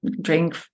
drink